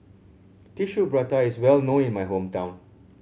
Tissue Prata is well known in my hometown